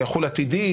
זה יחול עתידית.